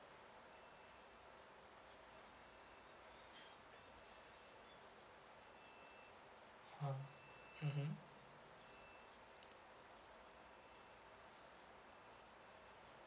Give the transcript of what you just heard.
ah mmhmm